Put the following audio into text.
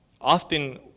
often